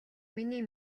миний